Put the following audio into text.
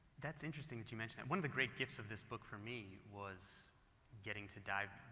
that's interesting that you mentioned that. one of the great gifts of this book for me was getting to dive,